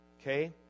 okay